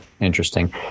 Interesting